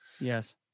Yes